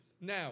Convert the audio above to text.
Now